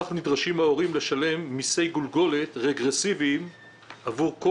כך נדרשים ההורים לשלם מיסי גולגולת רגרסיביים עבור כל